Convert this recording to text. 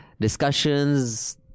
discussions